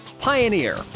Pioneer